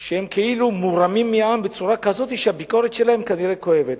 שהם כאילו מורמים מעם בצורה כזאת שהביקורת שלהם כנראה כואבת.